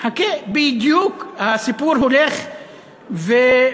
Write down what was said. חכה, בדיוק הסיפור הולך ומסתבך.